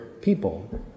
people